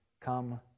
come